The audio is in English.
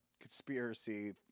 conspiracy